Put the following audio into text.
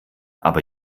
aber